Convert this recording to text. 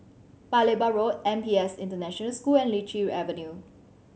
Paya Lebar Road N P S International School and Lichi Avenue